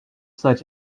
such